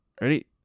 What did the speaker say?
Ready